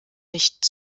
nicht